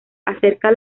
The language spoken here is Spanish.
acerca